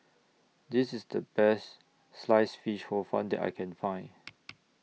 This IS The Best Sliced Fish Hor Fun that I Can Find